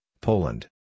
Poland